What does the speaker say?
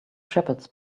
shepherds